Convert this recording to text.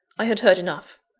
i had heard enough.